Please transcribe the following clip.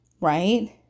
Right